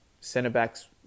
centre-backs